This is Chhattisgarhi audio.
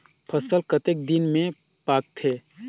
फसल कतेक दिन मे पाकथे?